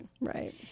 Right